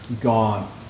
gone